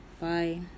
Bye